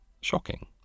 shocking